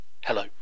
Hello